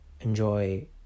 enjoy